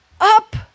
up